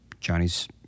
Johnny's